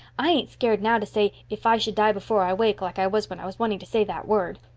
i ain't scared now to say if i should die before i wake like i was when i was wanting to say that word.